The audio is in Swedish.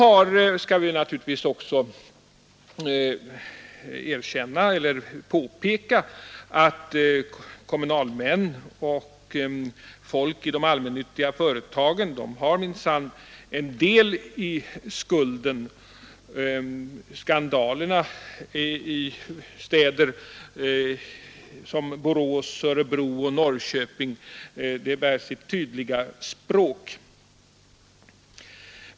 Det skall naturligtvis också påpekas att kommunalmännen och folk i de allmännyttiga företagen minsann bär en del av skulden. Skandalerna i städer som Borås, Örebro och Norrköping talar sitt tydliga språk.